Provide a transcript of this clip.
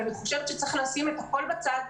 אני חושבת שצריך לשים את הכול בצד,